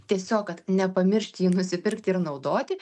tiesiog kad nepamiršti jį nusipirkti ir naudoti